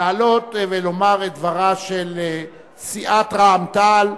לעלות ולומר את דברה של סיעת רע"ם-תע"ל.